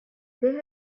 they